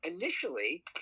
initially